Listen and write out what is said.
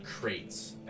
crates